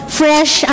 fresh